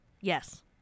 Yes